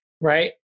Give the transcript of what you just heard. right